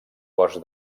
cos